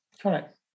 Correct